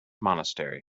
monastery